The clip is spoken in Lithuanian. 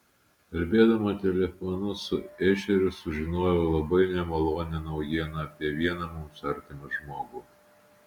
kalbėdama telefonu su ešeriu sužinojau labai nemalonią naujieną apie vieną mums artimą žmogų